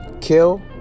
kill